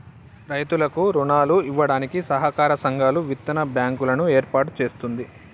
రైతులకు రుణాలు ఇవ్వడానికి సహకార సంఘాలు, విత్తన బ్యాంకు లను ఏర్పాటు చేస్తుంది